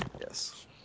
Yes